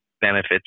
benefits